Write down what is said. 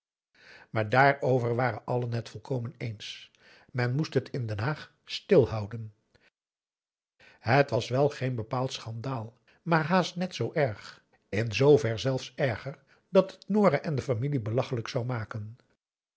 maar dààrover waren allen het volkomen eens men moest het in den haag stil houden het was wel geen bepaald schandaal maar haast net zoo erg in zoover zelfs erger dat het nora en de familie belachelijk zou maken